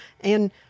And-